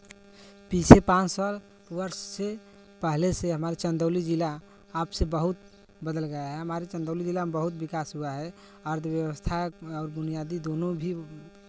पीछे पाँच साल वर्ष से पहले से हमारे चंदौली जिला आपसे बहुत बदल गया है हमारे चंदौली जिला में बहुत विकास हुआ है अर्थव्यवस्था और बुनियादी दोनों भी